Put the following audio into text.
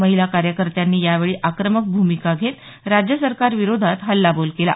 महिला कार्यकर्त्यांनी यावेळी आक्रमक भूमिका घेत राज्य सरकारविरोधात हल्लाबोल केला